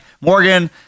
Morgan